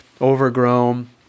overgrown